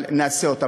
אבל נעשה אותה.